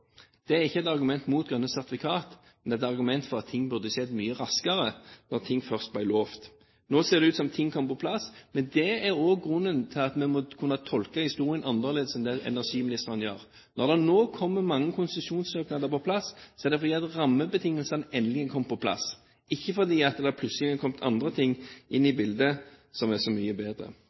Det er ikke et argument mot grønne sertifikat, men det er et argument for at ting burde skjedd mye raskere da ting først ble lovt. Nå ser det ut som ting kommer på plass. Men det er også grunnen til at vi må kunne tolke historien annerledes enn det energiministeren gjør. Når det nå kommer mange konsesjonssøknader på plass, er det fordi rammebetingelsene endelig har kommet på plass, ikke fordi det plutselig har kommet andre ting inn i bildet som er så mye bedre.